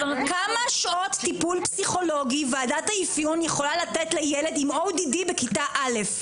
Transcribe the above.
כמה שעות טיפול פסיכולוגי וועדת האפיון יכולה לתת לילד עם ODD בכיתה א'?